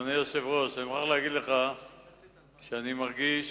אדוני היושב-ראש, אני מוכרח להגיד לך שאני מרגיש